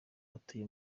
atuye